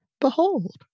behold